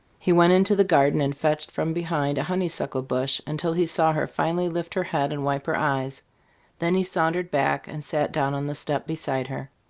he went into the garden and watched from behind a honeysuckle bush until he saw her finally lift her head and wipe her eyes then he sauntered back, and sat down on the step beside her.